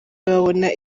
babona